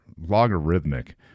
logarithmic